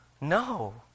No